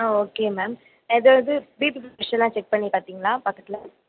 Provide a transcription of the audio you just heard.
ஆ okay ma'am ஏதாவது BP ப்ரெஷரெலாம் check பண்ணி பார்த்தீங்களா பக்கத்தில்